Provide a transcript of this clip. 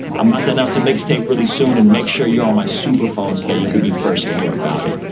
i'm about to announce a mixtape really soon and make sure you're on my superphone so that you can be first to here about it.